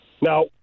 Now